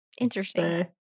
interesting